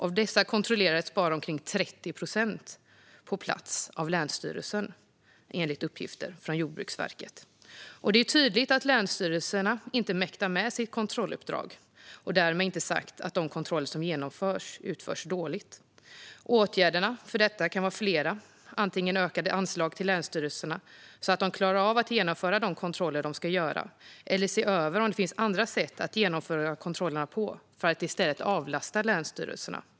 Av dessa kontrollerades bara omkring 30 procent på plats av länsstyrelsen, enligt uppgifter från Jordbruksverket. Det är tydligt att länsstyrelserna inte mäktar med sitt kontrolluppdrag. Därmed inte sagt att de kontroller som görs utförs dåligt. Åtgärderna för att råda bot på detta kan vara flera - antingen ökade anslag till länsstyrelserna så att de klarar av att genomföra de kontroller de ska göra eller att man ser över om det finns andra sätt att genomföra kontrollerna på för att avlasta länsstyrelserna.